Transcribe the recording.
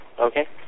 Okay